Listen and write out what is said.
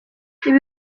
ibi